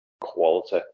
quality